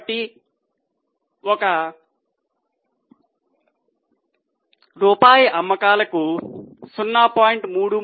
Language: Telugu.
కాబట్టి ఒక రూపాయి అమ్మకాలకు 0